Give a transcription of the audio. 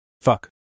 Fuck